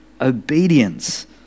obedience